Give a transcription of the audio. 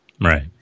Right